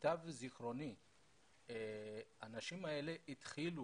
למיטב זיכרוני האנשים האלה התחילו